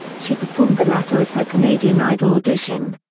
she performed the latter as her canadian idol audition.